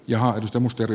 ja arto mustajoki